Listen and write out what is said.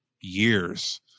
years